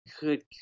Good